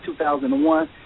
2001